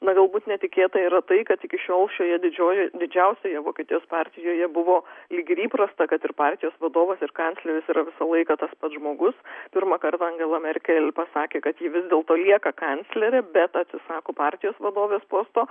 na galbūt netikėta yra tai kad iki šiol šioje didžiojoje didžiausioje vokietijos partijoje buvo lyg ir įprasta kad ir partijos vadovas ir kancleris yra visą laiką tas pats žmogus pirmąkart angela merkel pasakė kad ji vis dėlto lieka kanclere bet atsisako partijos vadovės posto